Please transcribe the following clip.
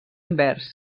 invers